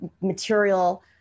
material